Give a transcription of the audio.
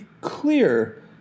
clear